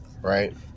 right